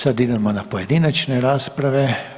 Sada idemo na pojedinačne rasprave.